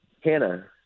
Hannah